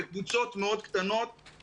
בקבוצות מאוד קטנות.